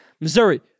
Missouri